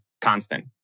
constant